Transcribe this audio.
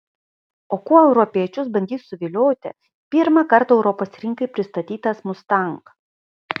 o kuo europiečius bandys suvilioti pirmą kartą europos rinkai pristatytas mustang